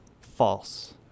False